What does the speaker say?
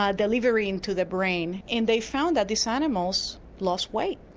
ah delivering to the brain and they found that these animals lost weight.